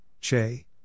Che